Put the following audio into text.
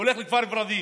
הולך לכפר ורדים,